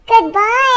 Goodbye